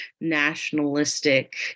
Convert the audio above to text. nationalistic